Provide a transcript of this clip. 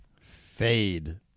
fade